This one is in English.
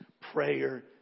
Prayer